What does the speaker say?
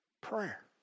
Prayer